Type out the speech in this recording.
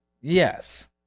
Yes